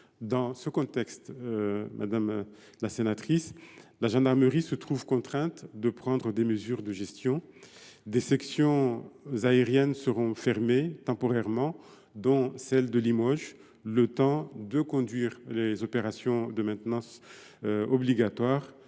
Dans ce contexte, la gendarmerie se trouve contrainte de prendre des mesures de gestion. Des sections aériennes seront fermées temporairement, dont celle de Limoges, le temps de conduire les opérations de maintenance obligatoires